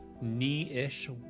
knee-ish